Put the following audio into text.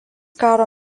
karo